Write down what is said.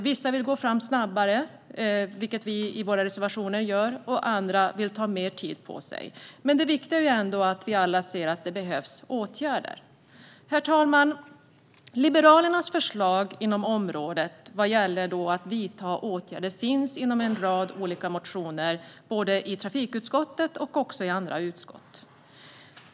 Vissa vill gå fram snabbare, vilket vi gör i våra reservationer, medan andra vill ta mer tid på sig. Det viktiga är dock att alla ser att det behövs åtgärder. Herr talman! Liberalernas förslag inom området, vad gäller att vidta åtgärder, finns i en rad olika motioner både i trafikutskottet och i andra utskott.